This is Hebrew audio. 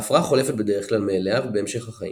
ההפרעה חולפת בדרך כלל מאליה בהמשך החיים.